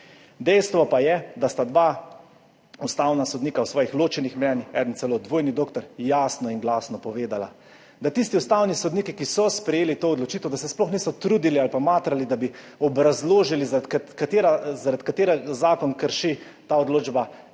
Dejstvo pa je, da sta 2 ustavna sodnika v svojih ločenih mnenjih, eden celo dvojni doktor, jasno in glasno povedala, da tisti ustavni sodniki, ki so sprejeli to odločitev, da se sploh niso trudili ali pa matrali, da bi obrazložili za katera, zaradi katere zakon krši ta odločba,